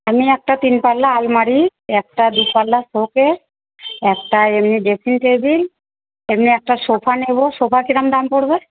আমি একটা তিনপাল্লা আলমারি একটা দুপাল্লা শোকেস একটা এমনি ড্রেসিং টেবিল এমনি একটা সোফা নেব সোফা কীরকম দাম পড়বে